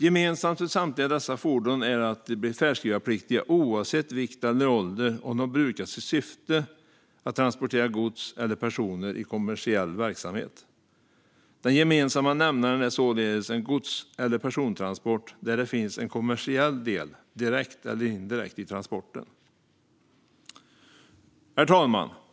Gemensamt för samtliga dessa fordon är att de blir färdskrivarpliktiga oavsett vikt eller ålder om de brukas i syfte att transportera gods eller personer i kommersiell verksamhet. Den gemensamma nämnaren är således en gods eller persontransport där det finns en kommersiell del, direkt eller indirekt. Herr talman!